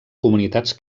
comunitats